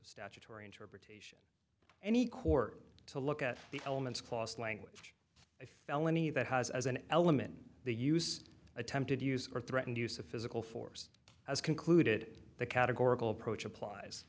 statutory interpretation any court to look at the elements clause language a felony that has as an element the use attempted use or threatened use of physical force has concluded the categorical approach applies